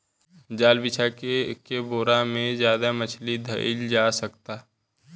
जाल बिछा के एके बेरा में ज्यादे मछली धईल जा सकता